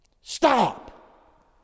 Stop